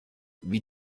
wie